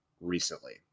recently